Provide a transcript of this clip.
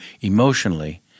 emotionally